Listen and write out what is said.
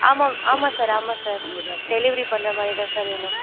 ஆமாம் ஆமாம் சார் ஆமாம் சார் டெலிவரி பண்ணுற மாதிரி தான் சார் வேணும்